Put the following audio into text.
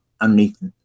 underneath